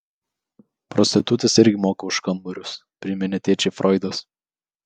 prostitutės irgi moka už kambarius priminė tėčiui froidas